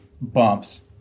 bumps